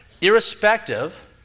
irrespective